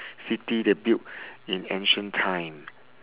city they build in ancient time